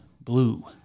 blue